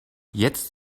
jetzt